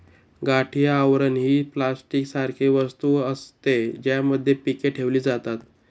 गाठी आवरण ही प्लास्टिक सारखी वस्तू असते, ज्यामध्ये पीके ठेवली जातात